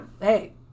Hey